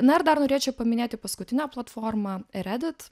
na ir dar norėčiau paminėti paskutinę platformą reddit